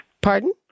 Pardon